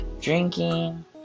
drinking